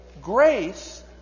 grace